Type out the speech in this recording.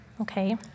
okay